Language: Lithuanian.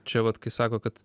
čia vat kai sako kad